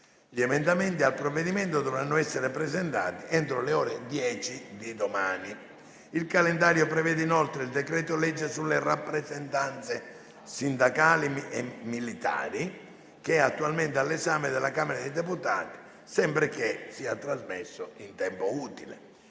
Gli emendamenti al provvedimento dovranno essere presentati entro le ore 10 di domani. Il calendario prevede inoltre il decreto-legge sulle rappresentanze sindacali militari, attualmente all'esame della Camera dei deputati, ove trasmesso in tempo utile.